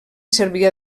servia